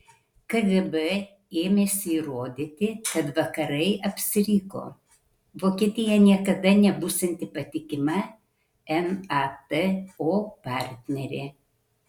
kgb ėmėsi įrodyti kad vakarai apsiriko vokietija niekada nebūsianti patikima nato partnerė